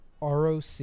ROC